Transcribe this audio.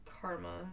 karma